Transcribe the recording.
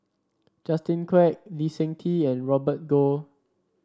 Justin Quek Lee Seng Tee and Robert Goh